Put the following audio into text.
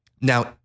Now